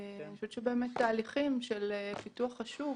התהליכים של פיתוח השוק